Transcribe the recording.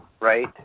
right